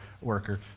worker